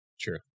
True